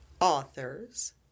authors